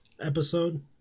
episode